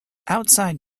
outside